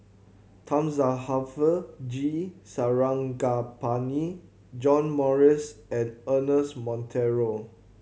Thamizhavel G Sarangapani John Morrice and Ernest Monteiro